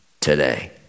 today